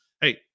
Hey